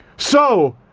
so,